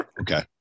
okay